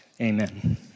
Amen